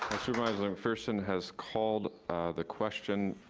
supervisor mcpherson has called the question.